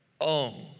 own